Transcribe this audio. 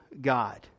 God